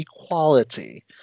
equality